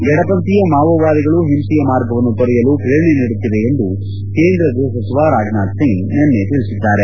ಎಡಪಂಥೀಯ ಮಾವೋವಾದಿಗಳು ಹಿಂಸೆಯ ಮಾರ್ಗವನ್ನು ತೊರೆಯಲು ಪ್ರೇರಣೆ ನೀಡುತ್ತಿವೆ ಎಂದು ಕೇಂದ್ರ ಗೃಹ ಸಚಿವ ರಾಜನಾಥ್ ಸಿಂಗ್ ನಿನ್ನೆ ತಿಳಿಸಿದ್ದಾರೆ